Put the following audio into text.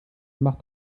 macht